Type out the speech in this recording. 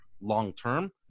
long-term